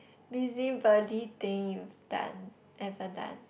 busybody thing you've done ever done